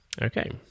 Okay